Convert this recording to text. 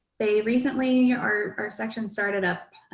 they recently, our section started up,